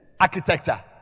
architecture